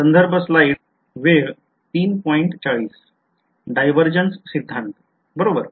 Divergence सिद्धांत बरोबर